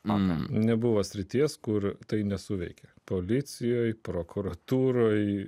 man nebuvo srities kur tai nesuveikė policijoje prokuratūroje